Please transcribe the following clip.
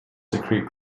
secrete